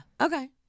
Okay